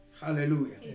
Hallelujah